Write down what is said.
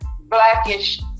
blackish